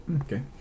Okay